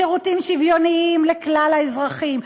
שירותים שוויוניים לכלל האזרחים,